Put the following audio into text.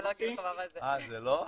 בבקשה.